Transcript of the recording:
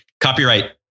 Copyright